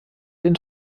den